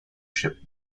ship